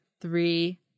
Three